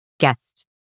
Guest